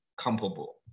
comparable